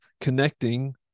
connecting